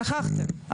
שכחתם,